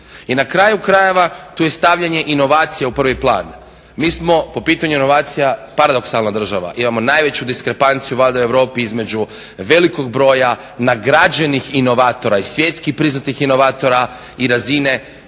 I na kraju krajeva tu je stavljanje inovacija u prvi plan. Mi smo po pitanju inovacija paradoksalna država. Imamo najveću diskrepanciju valjda u Europi između velikog broja nagrađenih inovatora i svjetski priznatih inovatora i razine